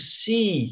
see